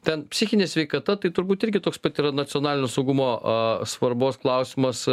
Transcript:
ten psichinė sveikata tai turbūt irgi toks pat yra nacionalinio saugumo a svarbos klausimas